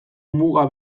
muga